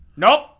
Nope